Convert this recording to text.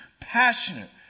passionate